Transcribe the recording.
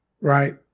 Right